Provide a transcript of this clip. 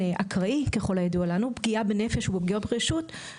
אקראי ככל הידוע לנו פגיעות בנפש ופגיעות ברכוש על